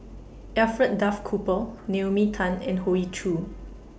Alfred Duff Cooper Naomi Tan and Hoey Choo